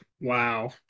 wow